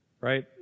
right